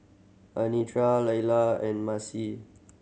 Anitra Laila and Maci